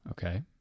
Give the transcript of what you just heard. Okay